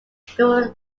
before